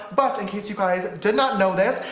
but in case you guys did not know this,